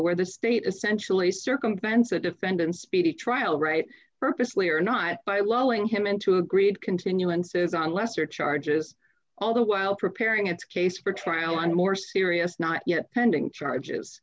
where the state essentially circumvents the defendant speedy trial right purposely or not by lowering him into agreed continuances on lesser charges all the while preparing its case for trial on more serious not yet pending charges